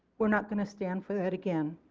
we are not going to stand for that again.